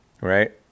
right